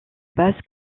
basse